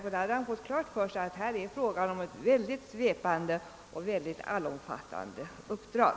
Då skulle han ha fått klart för sig att det är fråga om ett synnerligen svepande formulerat och allomfattande uppdrag.